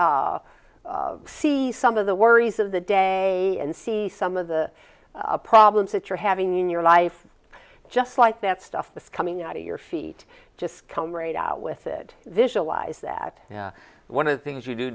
maybe see some of the worries of the day and see some of the problems that you're having in your life just like that stuff that's coming out of your feet just come right out with it this allies that one of the things you do